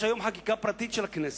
יש היום חקיקה פרטית של הכנסת.